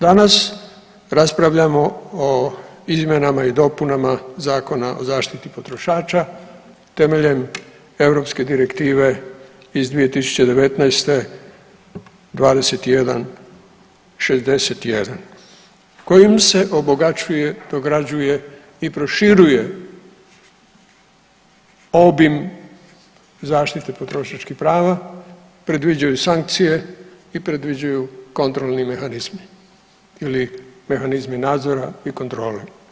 Danas raspravljamo o izmjenama i dopunama Zakona o zaštiti potrošača temeljem Europske direktive iz 2019. 21/61 kojim se obogaćuje, dograđuje i proširuje obim zaštite potrošačkih prava, predviđaju sankcije i predviđaju kontrolni mehanizmi ili mehanizmi nadzora i kontrole.